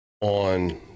on